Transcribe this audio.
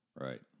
Right